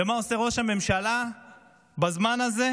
ומה עושה ראש הממשלה בזמן הזה,